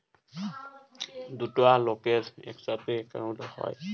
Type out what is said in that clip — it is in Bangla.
দুটা লকের ইকসাথে একাউল্ট হ্যয়